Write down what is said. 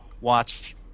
watch